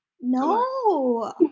No